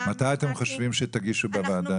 גם --- מתי אתם חושבים שתגישו בוועדה?